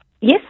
Yes